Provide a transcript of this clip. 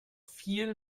viel